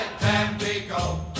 Tampico